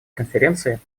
конференции